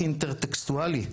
האינטר-טקסטואלי,